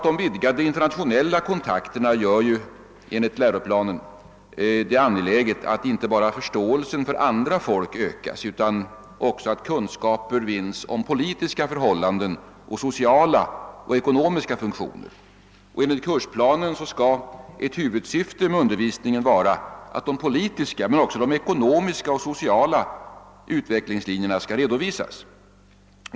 De vidgade internationella kontakterna medför enligt läroplanen att det är angeläget att inte bara förståelsen för andra folk ökas utan att också kunskaper finns om politiska förhållanden och sociala och ekonomiska funktioner. Enligt kursplanen skall ett huvudsyfte med undervisningen vara att de politiska men också de ekonomiska och sociala utvecklingslinjerna redovisas.